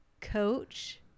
Coach